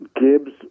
Gibbs